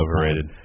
Overrated